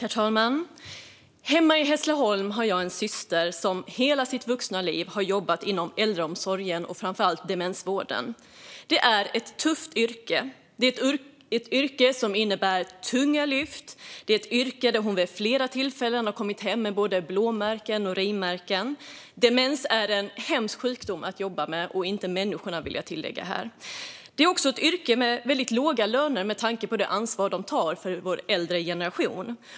Herr talman! Hemma i Hässleholm har jag en syster som i hela sitt vuxna liv har jobbat inom äldreomsorgen och framför allt inom demensvården. Det är ett tufft yrke. Det är ett yrke som innebär tunga lyft. Det är ett yrke där hon vid flera tillfällen har kommit hem med blåmärken och rivmärken. Demens är en hemsk sjukdom att jobba med - men det är inte hemskt att jobba med människorna, vill jag tillägga. Det är också ett yrke med väldigt låga löner med tanke på det ansvar de som jobbar där tar för vår äldre generation.